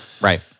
right